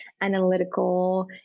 analytical